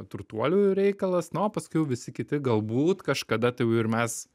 turtuolių reikalas na o paskui jau visi kiti galbūt kažkada tai jau ir mes